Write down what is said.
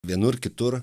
vienur kitur